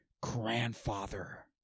grandfather